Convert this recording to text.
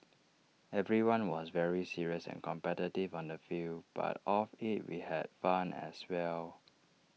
everyone was very serious and competitive on the field but off IT we had fun as well